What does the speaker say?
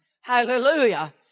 hallelujah